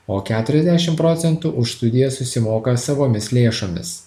o keturiasdešim procentų už studijas susimoka savomis lėšomis